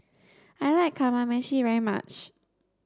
I like Kamameshi very much